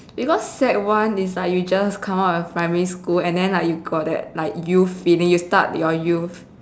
because sec one is like you just come out of primary school and then like you got that like youth feeling you start your youth